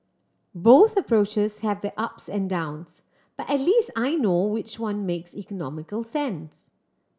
both approaches have their ups and downs but at least I know which one makes economical sense